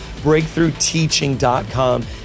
BreakthroughTeaching.com